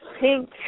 pink